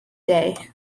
day